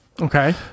Okay